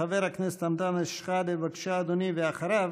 חבר הכנסת אנטאנס שחאדה, בבקשה, אדוני, ואחריו,